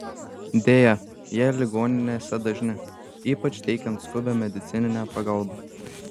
deja jie ligoninėse dažni ypač teikiant skubią medicininę pagalbą